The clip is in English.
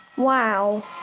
wow.